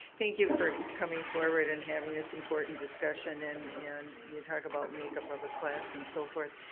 thank you for coming forward and having this important discussion. and and you talk about make-up of a class and so forth.